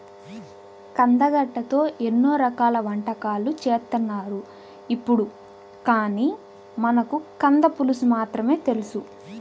కందగడ్డతో ఎన్నో రకాల వంటకాలు చేత్తన్నారు ఇప్పుడు, కానీ మనకు కంద పులుసు మాత్రమే తెలుసు